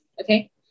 Okay